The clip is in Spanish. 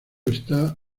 está